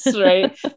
right